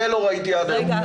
זה לא ראיתי עד היום.